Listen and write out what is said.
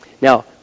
now